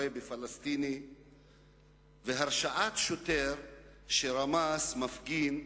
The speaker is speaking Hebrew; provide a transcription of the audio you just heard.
בפלסטיני והרשעת שוטר שרמס מפגין בעמונה.